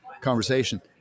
conversation